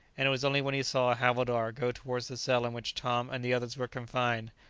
and it was only when he saw a havildar go towards the cell in which tom and the others were confined,